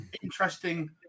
Interesting